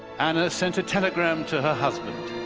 anna sent a telegram to her husband.